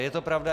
Je to pravda.